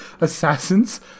assassins